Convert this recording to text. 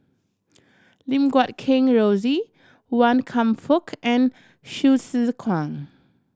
Lim Guat Kheng Rosie Wan Kam Fook and Hsu Tse Kwang